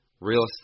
real